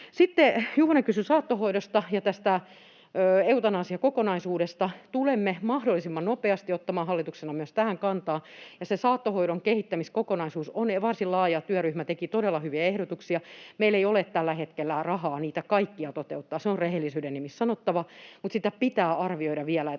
Juvonen kysyi saattohoidosta ja tästä eutanasiakokonaisuudesta. Tulemme mahdollisimman nopeasti ottamaan hallituksena myös tähän kantaa. [Arja Juvonen: Hyvä!] Se saattohoidon kehittämiskokonaisuus on varsin laaja, ja työryhmä teki todella hyviä ehdotuksia. Meillä ei ole tällä hetkellä rahaa niitä kaikkia toteuttaa, se on rehellisyyden nimissä sanottava, mutta sitä pitää vielä